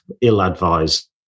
ill-advised